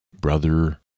Brother